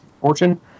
fortune